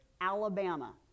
Alabama